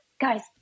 guys